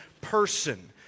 person